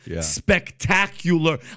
spectacular